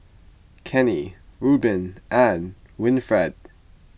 Kenney Rueben and Winfred